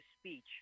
speech